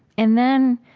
and then,